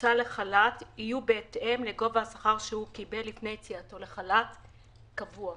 והוצא לחל"ת יהיו בהתאם לגובה השכר שהוא קיבל לפני יציאתו לחל"ת קבוע.